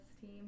team